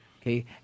okay